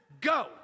go